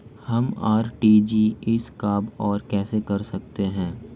हम आर.टी.जी.एस कब और कैसे करते हैं?